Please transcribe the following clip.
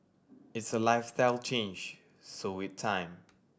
it's a lifestyle change so it time